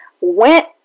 went